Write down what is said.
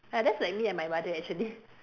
ya that's like me and my mother actually